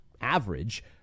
average